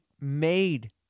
made